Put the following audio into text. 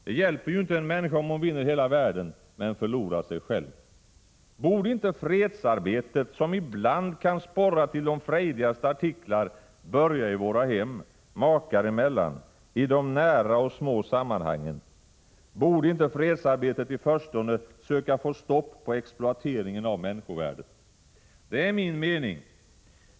Det hjälper inte en människa om hon vinner hela världen men förlorar sig själv. Borde inte fredsarbetet, som ibland kan sporra till de frejdigaste artiklar, börja i våra hem, makar emellan, i de nära och små sammanhangen? Borde inte fredsarbetet i förstone söka få stopp på exploateringen av människovärdet? Det är min mening.